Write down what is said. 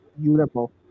Beautiful